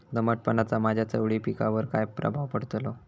दमटपणाचा माझ्या चवळी पिकावर काय प्रभाव पडतलो?